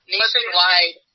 Nationwide